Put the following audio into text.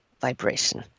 vibration